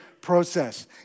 process